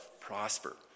prosper